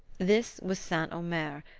this was st. omer,